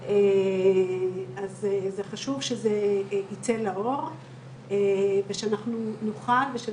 או שד סמיך והן מקבלות השלמה של